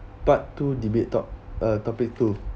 part two debate top~ uh topic two